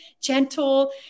gentle